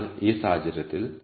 അതിനാൽ ആ സാഹചര്യത്തിൽ